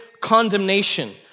condemnation